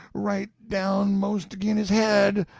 right down most agin his head!